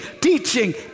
teaching